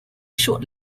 short